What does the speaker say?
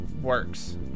works